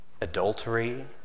adultery